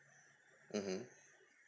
mmhmm